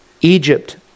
Egypt